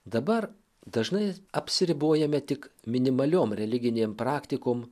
dabar dažnai apsiribojame tik minimaliom religinėm praktikom